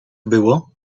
było